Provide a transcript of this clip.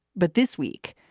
but this week,